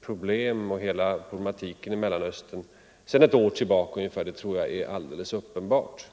problem och hela problematiken i Mellanöstern sedan ett år tillbaka, det tror jag är alldeles uppenbart.